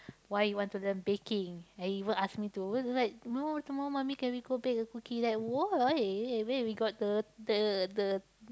why he want to learn baking he even ask me to tomorrow tomorrow mommy can we go bake a cookie like why where we got the the the